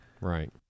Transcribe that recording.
Right